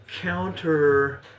counter